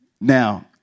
Now